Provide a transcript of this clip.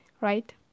right